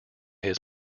his